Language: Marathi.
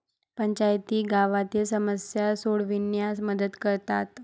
पंचायती गावातील समस्या सोडविण्यास मदत करतात